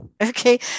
Okay